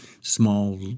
small